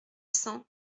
cent